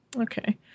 Okay